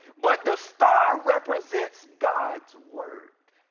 but the star represents god's word.